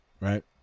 right